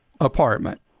apartment